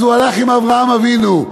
אז הוא הלך עם אברהם אבינו.